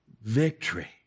Victory